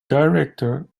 director